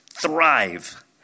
Thrive